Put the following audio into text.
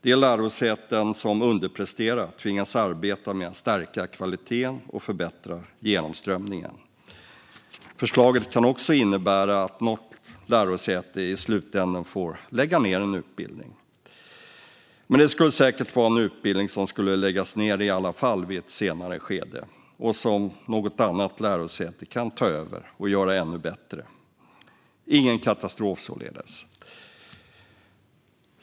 De lärosäten som underpresterar tvingas arbeta med att stärka kvaliteten och förbättra genomströmningen. Förslaget kan också innebära att något lärosäte i slutändan får lägga ned en utbildning. Men det skulle säkert vara en utbildning som i alla fall skulle läggas ned i ett senare skede, och som något annat lärosäte skulle kunna ta över och göra ännu bättre - ingen katastrof, således.